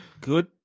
good